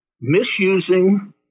misusing